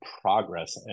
progress